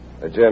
Jim